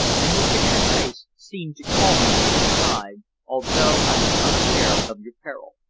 and your pictured face seemed to call me to your side although i was unaware of your peril.